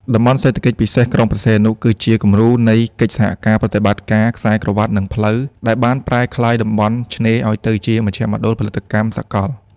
តំបន់សេដ្ឋកិច្ចពិសេសក្រុងព្រះសីហនុ គឺជាគំរូនៃកិច្ចសហប្រតិបត្តិការ "ខ្សែក្រវាត់ និងផ្លូវ" ដែលបានប្រែក្លាយតំបន់ឆ្នេរឱ្យទៅជាមជ្ឈមណ្ឌលផលិតកម្មសកល។